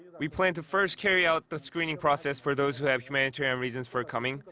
we plan to first carry out the screening process for those who have humanitarian reasons for coming,